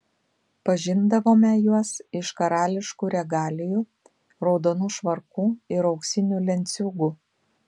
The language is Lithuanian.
pažindavome juos iš karališkų regalijų raudonų švarkų ir auksinių lenciūgų